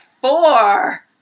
four